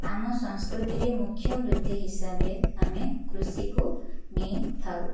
ଆମ ସଂସ୍କୃତିରେ ମୁଖ୍ୟ ବୃତ୍ତି ହିସାବରେ ଆମେ କୃଷିକୁ ନେଇଥାଉ